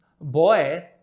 boy